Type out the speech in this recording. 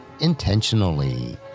intentionally